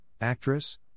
Actress